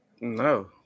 No